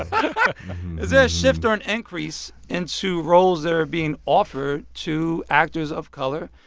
ah but is there a shift or an increase into roles that are being offered to actors of color,